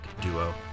duo